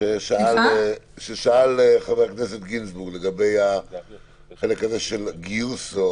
חבר הכנסת גינזבורג שאל לגבי הגיוס או